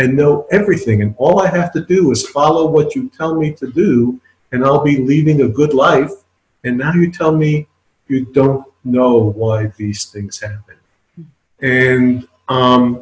and know everything and all i have to do is follow what you tell me to do and i'll be leaving a good life and how do you tell me you don't know why these things